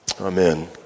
Amen